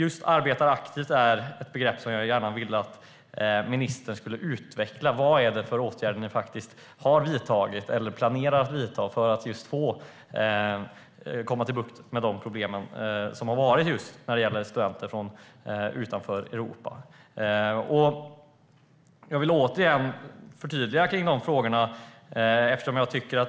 Att arbeta aktivt är ett begrepp som jag gärna vill att ministern utvecklar. Vilka åtgärder har ni vidtagit eller planerar att vidta för att få bukt med problemen för utomeuropeiska studenter? Låt mig återigen ge ett förtydligande i dessa frågor.